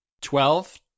Twelve